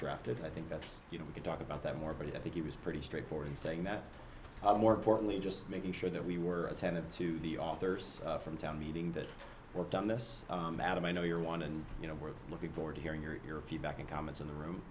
drafted i think that's you know we can talk about that more but i think he was pretty straightforward in saying that more importantly just making sure that we were attentive to the authors from town meeting that were done this madam i know you are one and you know we're looking forward to hearing your feedback and comments in the room